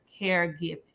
caregiving